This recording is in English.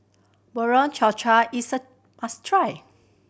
Bubur Cha Cha is a must try